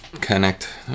connect